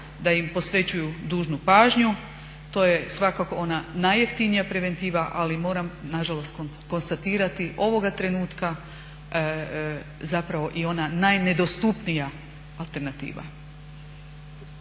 da im posvećuju dužnu pažnju. To je svakako ona najjeftinija preventiva, ali moram nažalost konstatirati ovoga trenutka zapravo i ona najnedostupnija alternativa.